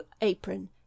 apron